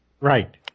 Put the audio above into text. right